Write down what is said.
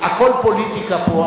הכול פוליטיקה פה,